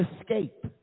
escape